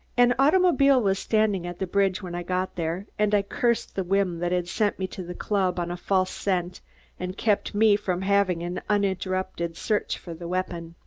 an automobile was standing at the bridge when i got there and i cursed the whim that had sent me to the club on a false scent and kept me from having an uninterrupted search for the weapon.